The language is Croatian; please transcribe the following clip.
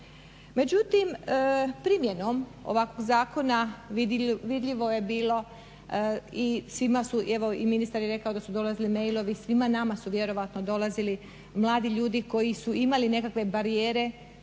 Međutim, primjenom ovakvog zakona vidljivo je bilo i svima su, evo i ministar je rekao da su dolazili mailovi, svima nama su vjerojatno dolazili mladi ljudi koji su imali nekakve barijere